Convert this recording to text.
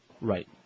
Right